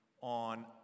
on